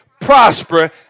prosper